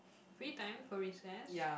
free time for recess